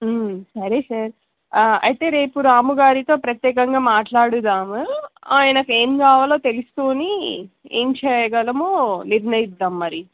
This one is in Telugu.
సరే సార్ అయితే రేపు రాము గారితో ప్రత్యేకంగా మాట్లాడుదాము ఆయనకు ఏం కావాలో తెలుసుకని ఏం చేయగలము నిర్ణయిద్దాం మరి